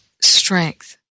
strength